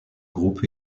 groupe